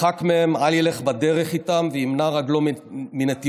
ירחק מהם, אל ילך בדרך איתם וימנע רגלו מנתיבותם".